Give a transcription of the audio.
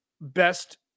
best